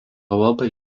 labai